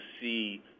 see